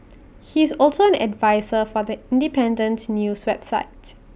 he is also an adviser for The Independence news website